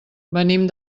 venim